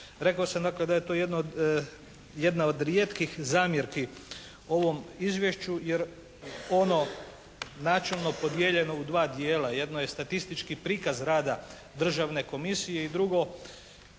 Rekao sam da je to jedna od rijetkih zamjerki ovom Izvješću jer ono je načelno podijeljeno u dva dijela. Jedno je statistički prikaz rada Državne komisije. I drugo,